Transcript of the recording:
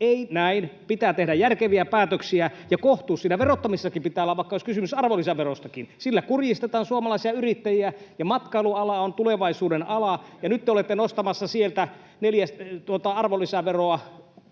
Ei näin. Pitää tehdä järkeviä päätöksiä, ja kohtuus siinä verottamisessakin pitää olla, vaikka olisi kysymys arvonlisäverostakin — sillä kurjistetaan suomalaisia yrittäjiä. Ja matkailuala on tulevaisuuden ala, [Juho Eerola: Mikä se olikaan se ero?] ja nyt te olette nostamassa arvonlisäveroa